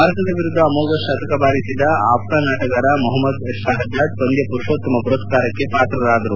ಭಾರತದ ವಿರುದ್ಲ ಅಮೋಘ ಶತಕ ಬಾರಿಸಿದ ಅಫ್ವಾನ್ ಆಟಗಾರ ಮೊಹಮದ್ ಶಪಜಾದ್ ಪಂದ್ಲ ಮರುಷೋತ್ತಮ ಮರಸ್ನಾರಕ್ಷೆ ಪಾತ್ರರಾದರು